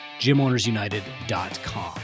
gymownersunited.com